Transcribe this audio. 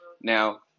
now